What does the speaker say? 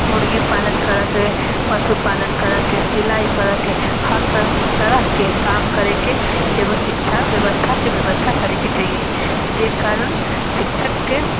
मुर्गी पालन करऽके पशु पालन करऽके सिलाई करऽके हर तरह के काम करे के एगो शिक्षा व्यवस्था के व्यवस्था करय के चाहिए जे कारण शिक्षक के